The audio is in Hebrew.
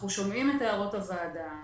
אנחנו שומעים את הערות הוועדה,